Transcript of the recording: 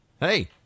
Hey